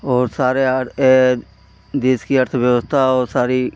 और सारे अर् देश की अर्थव्यवस्था और सारी